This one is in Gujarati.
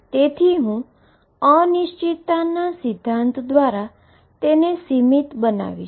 તેથી હું અનસર્ટેનીટી સિદ્ધાંત દ્વારા સીમીત બનાવીશ